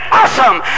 awesome